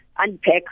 Unpack